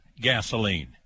gasoline